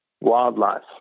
wildlife